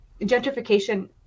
gentrification